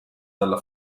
dalla